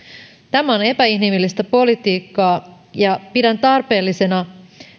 tämä on epäinhimillistä politiikkaa ja pidän tarpeellisena